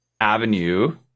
avenue